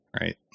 right